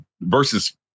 versus